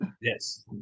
yes